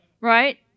Right